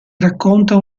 racconta